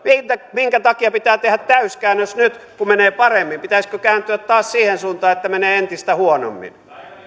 minkä takia pitää tehdä täyskäännös nyt kun menee paremmin pitäisikö kääntyä taas siihen suuntaan että menee entistä huonommin